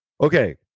Okay